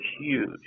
huge